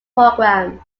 program